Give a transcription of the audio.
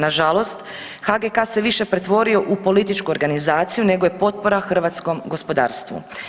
Nažalost, HGK se više pretvorio u političku organizaciju nego je potpora hrvatskom gospodarstvu.